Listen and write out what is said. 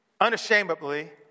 unashamedly